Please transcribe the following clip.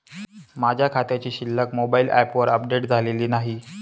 माझ्या खात्याची शिल्लक मोबाइल ॲपवर अपडेट झालेली नाही